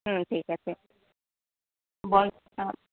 হুম ঠিক আছে